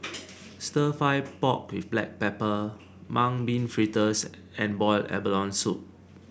stir fry pork with Black Pepper Mung Bean Fritters and Boiled Abalone Soup